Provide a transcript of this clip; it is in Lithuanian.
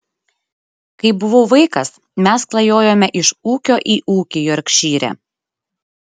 kai buvau vaikas mes klajojome iš ūkio į ūkį jorkšyre